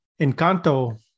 Encanto